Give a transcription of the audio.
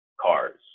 cars